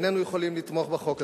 איננו יכולים לתמוך בחוק הזה.